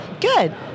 Good